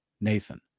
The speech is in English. Nathan